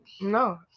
No